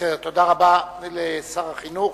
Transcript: תודה רבה לשר החינוך.